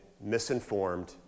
misinformed